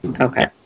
Okay